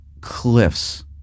cliffs